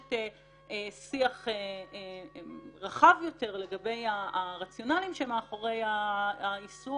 שדורשת שיח רחב יותר לגבי הרציונלים שמאחורי האיסור